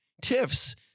Tiff's